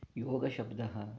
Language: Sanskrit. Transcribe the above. योग शब्दः